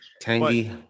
Tangy